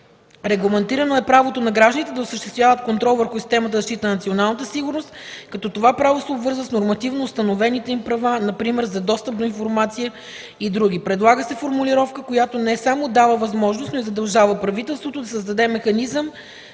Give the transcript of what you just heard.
Регламентирано е правото на гражданите да осъществяват контрол върху системата за защита на националната сигурност, като това право се обвързва с нормативно установените им права – например за достъп до информация и други. Предлага се формулировка, която не само дава възможност, но и задължава правителството да създаде механизъм